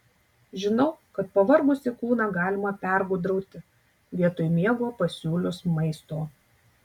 žinau kad pavargusį kūną galima pergudrauti vietoj miego pasiūlius maisto